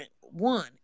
one